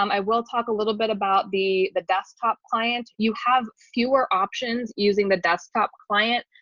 um i will talk a little bit about the the desktop client, you have fewer options using the desktop client.